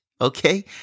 Okay